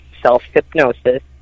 self-hypnosis